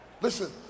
Listen